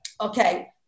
okay